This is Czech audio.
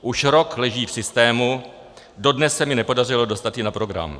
Už rok leží v systému, dodnes se mi nepodařilo dostat ji na program.